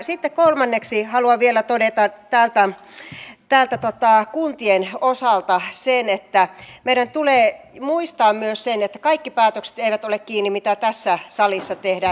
sitten kolmanneksi haluan vielä todeta kuntien osalta sen että meidän tulee muistaa myös se että kaikki päätökset eivät ole kiinni siitä mitä tässä salissa tehdään